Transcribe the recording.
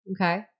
okay